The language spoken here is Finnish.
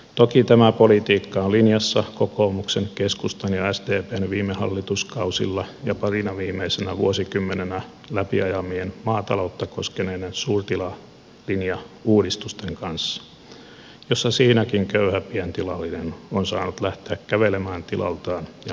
toki tämä politiikka on linjassa kokoomuksen keskustan ja sdpn viime hallituskausilla ja parina viimeisenä vuosikymmenenä läpi ajamien maataloutta koskeneiden suurtilalinjauudistusten kanssa joissa siinäkin köyhä pientilallinen on saanut lähteä kävelemään tilaltaan ja maaseutu on autioitunut